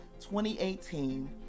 2018